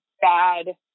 bad